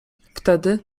wtedy